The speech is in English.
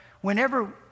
whenever